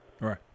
right